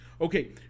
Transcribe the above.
Okay